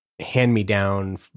hand-me-down